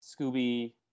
Scooby